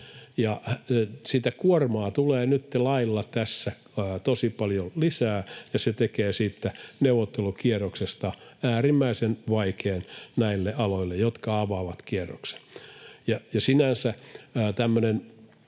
kuormaa tulee nytten lailla tässä tosi paljon lisää, ja se tekee siitä neuvottelukierroksesta äärimmäisen vaikean näille aloille, jotka avaavat kierroksen.